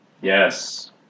Yes